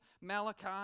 Malachi